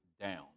down